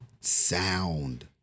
sound